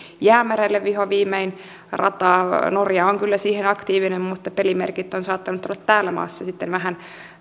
jäämerelle vihonviimein rataa norja on kyllä siinä aktiivinen mutta pelimerkit ovat sitten saattaneet olla tässä maassa vähän